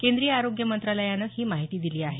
केंद्रीय आरोग्य मंत्रालयानं ही माहिती दिली आहे